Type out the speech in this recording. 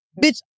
bitch